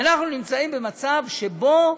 אנחנו נמצאים במצב שבו